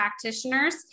practitioners